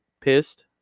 pissed